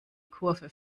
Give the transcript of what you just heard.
kurve